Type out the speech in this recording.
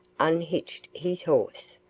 unhitched his horse,